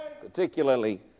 particularly